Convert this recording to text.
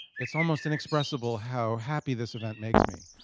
it's almost inexpressible how happy this event makes me,